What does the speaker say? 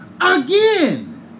again